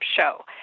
show